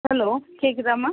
hello கேக்குதாம்மா